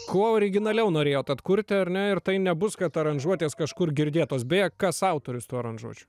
kuo originaliau norėjot atkurti ar ne ir tai nebus kad aranžuotės kažkur girdėtos beje kas autorius tų aranžuočių